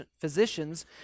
physicians